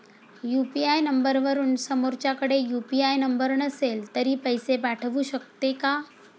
UPI नंबरवरून समोरच्याकडे UPI number नसेल तरी पैसे पाठवू शकते का?